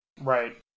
Right